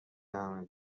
همه